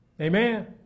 Amen